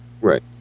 Right